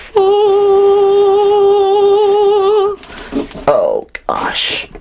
oh oh gosh!